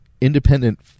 independent